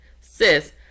Sis